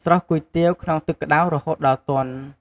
ស្រុះគុយទាវ ក្នុងទឹកក្តៅរហូតដល់ទន់។